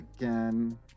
again